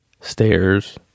Stairs